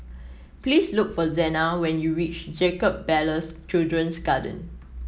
please look for Sena when you reach Jacob Ballas Children's Garden